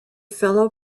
fellow